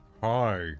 Hi